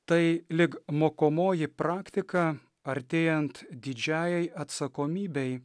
tai lyg mokomoji praktika artėjant didžiajai atsakomybei